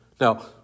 Now